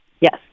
Yes